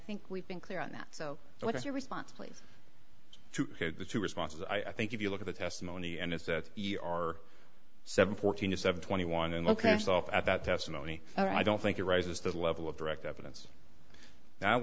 think we've been clear on that so what is your response please to the two responses i think if you look at the testimony and it's that e r seven fourteen a seven twenty one and look at yourself at that testimony i don't think it raises the level of direct evidence now